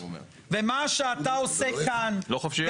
ומה שאתה עושה כאן --- לא חופשיות?